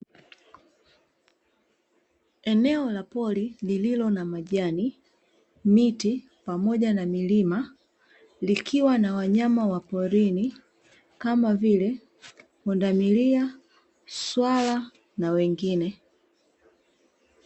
Eneo la pori lililo na majani, miti pamoja na milima; likiwa na wanyama wa porini kama vile: pundamilia, swala na wengine.